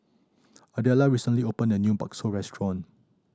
Adella recently opened a new bakso restaurant